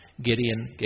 Gideon